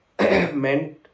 meant